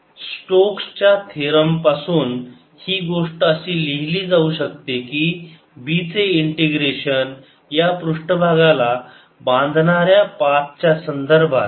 Stokes च्या theorem पासून ही गोष्ट अशी लिहिली जाऊ शकते की B चे इंटिग्रेशन या पृष्ठभागाला बांधणाऱ्या पाथच्या संदर्भात